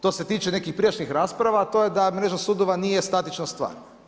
To se tiče nekih prijašnjih rasprava, to je da mreža sudova nije statična stvar.